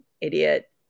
idiot